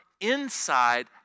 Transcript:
inside